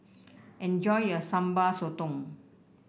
enjoy your Sambal Sotong